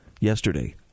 yesterday